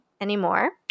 anymore